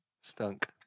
stunk